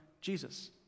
Jesus